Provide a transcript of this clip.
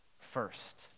first